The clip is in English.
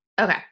okay